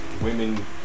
women